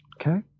Okay